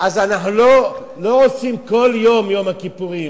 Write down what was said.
בסדר, אז אנחנו לא עושים כל יום יום הכיפורים.